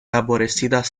aborrecidas